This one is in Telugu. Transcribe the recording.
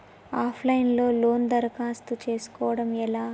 ఆఫ్ లైన్ లో లోను దరఖాస్తు చేసుకోవడం ఎలా?